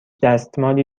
دستمالی